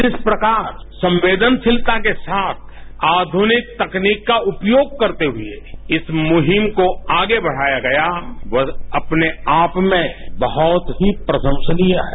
जिस प्रकार संवेदनशीलता के साथ आधुनिक तकनीक का उपयोग करते हुये इस मुहिम को आगे बढ़ाया गया वह अपने आप में बहत ही प्रशंसनीय है